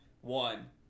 One